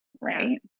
right